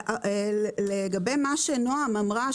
לגבי מה שנעם אמרה,